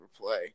play